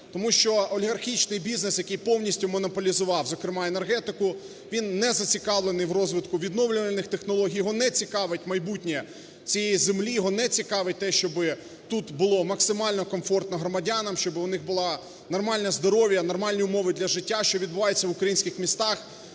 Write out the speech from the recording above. тому що олігархічний бізнес, який повністю монополізував, зокрема, енергетику, він не зацікавлений в розвитку відновлювальних технологій, його не цікавить майбутнє цієї землі, його не цікавить те, щоби тут було максимально комфортно громадянам, щоби у них було нормальне здоров'я, нормальні умови для життя. Що відбувається в українських містах,